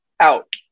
out